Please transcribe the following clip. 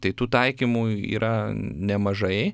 tai tų taikymų yra nemažai